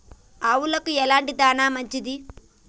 ఆవులకు ఎలాంటి దాణా మంచిది?